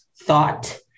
thought